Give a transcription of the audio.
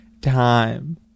time